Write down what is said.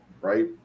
Right